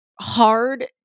hard